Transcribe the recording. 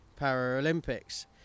Paralympics